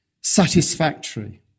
satisfactory